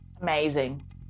amazing